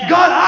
God